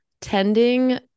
tending